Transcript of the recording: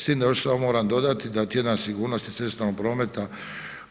S tim da još samo moram dodati da tjedan sigurnosti cestovnog prometa